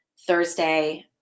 Thursday